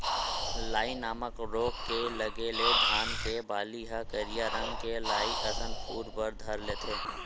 लाई नामक रोग के लगे ले धान के बाली ह करिया रंग के लाई असन फूट बर धर लेथे